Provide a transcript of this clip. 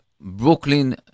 Brooklyn